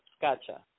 Gotcha